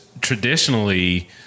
traditionally